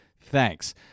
Thanks